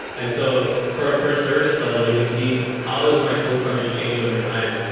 and so for a per service level, you can see how is my code coverage changed over time?